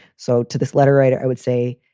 so to this letter writer, i would say,